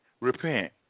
repent